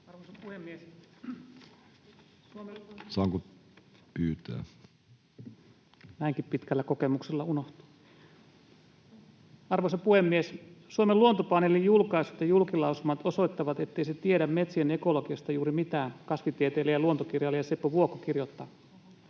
Arvoisa puhemies! Suomen Luontopaneelin julkaisut ja julkilausumat osoittavat, ettei se tiedä metsien ekologiasta juuri mitään, kasvitieteilijä ja luontokirjailija Seppo Vuokko kirjoittaa.